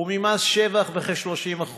וממס שבח, בכ-30%,